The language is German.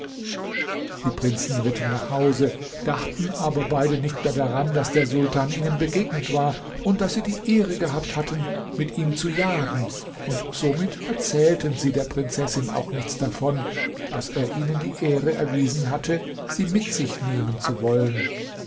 die prinzen ritten nach hause dachten aber beide nicht mehr daran daß der sultan ihnen begegnet war und daß sie die ehre gehabt hatten mit ihm zu jagen und somit erzählten sie der prinzessin auch nichts davon daß er ihnen die ehre erwiesen hatte sie mit sich nehmen zu wollen